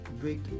break